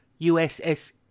USS